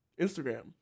Instagram